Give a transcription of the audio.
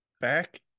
back